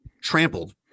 trampled